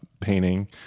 painting